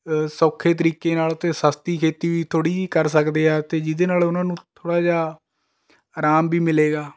ਸੌਖੇ ਤਰੀਕੇ ਨਾਲ ਅਤੇ ਸਸਤੀ ਖੇਤੀ ਵੀ ਥੋੜ੍ਹੀ ਜਿਹੀ ਕਰ ਸਕਦੇ ਹੈ ਅਤੇ ਜਿਹਦੇ ਨਾਲ ਉਨ੍ਹਾਂ ਨੂੰ ਥੋੜ੍ਹਾ ਜਿਹਾ ਆਰਾਮ ਵੀ ਮਿਲੇਗਾ